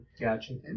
Gotcha